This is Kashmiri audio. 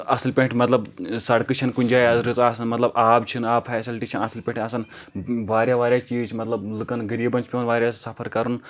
اَصٕل پٲٹھۍ مطلب سڑکہٕ چھنہٕ کُنہِ جایِہ رٕژ آسان مطلب آب چھِ نہٕ آبٕچ فیسَلٹی چھِ نہٕ اَصٕل پٲٹھۍ آسان واریاہ واریاہ چیٖز چھِ مطلب لُکَن غٔریٖبَن چھُ پٮ۪وان واریاہ سَفَر کَرُن